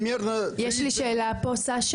יש לי שאלה, סשה.